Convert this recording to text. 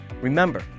Remember